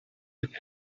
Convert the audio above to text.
with